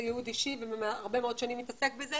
ייעוד אישי והרבה מאוד שנים מתעסק בזה,